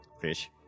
Fish